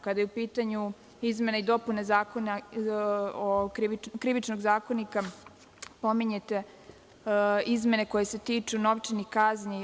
Kada je u pitanju izmena i dopuna Krivičnog zakonika, pominjete izmene koje se tiču novčanih kazni.